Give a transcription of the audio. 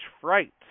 Fright